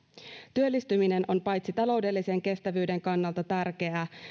työllistyminen on paitsi taloudellisen kestävyyden kannalta tärkeää